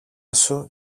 σου